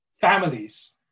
families